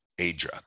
ADRA